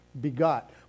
begot